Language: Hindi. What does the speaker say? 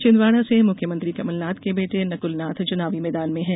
छिंदवाड़ा से मुख्यमंत्री कमलनाथ के बेटे नक्लनाथ चुनावी मैदान में हैं